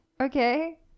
okay